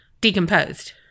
decomposed